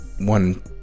One